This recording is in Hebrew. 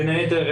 בין היתר,